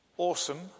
awesome